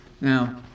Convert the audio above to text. Now